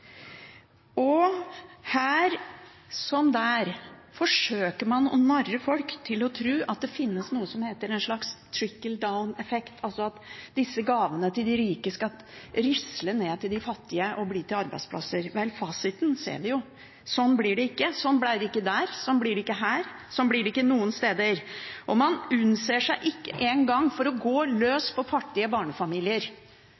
Her – som der – forsøker man å narre folk til å tro at det finnes noe som heter en slags «trickle-down effect», altså at disse gavene til de rike skal risle ned til de fattige og bli til arbeidsplasser. Fasiten ser vi jo, sånn blir det ikke, sånn ble det ikke der, sånn blir det ikke her, sånn blir det ikke noe sted. Man unnser seg ikke engang for å gå